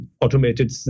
automated